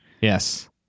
Yes